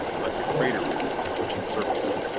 like a crater-rim, which encircled it.